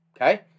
Okay